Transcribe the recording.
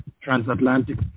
transatlantic